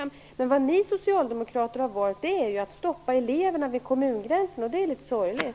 Men ni socialdemokrater har valt att stoppa eleverna vid kommungränsen, och det är litet sorgligt.